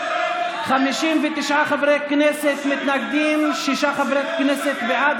59 חברי כנסת מתנגדים, שישה חברי כנסת בעד.